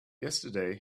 yesterday